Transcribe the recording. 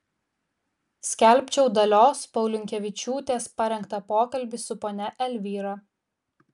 skelbčiau dalios pauliukevičiūtės parengtą pokalbį su ponia elvyra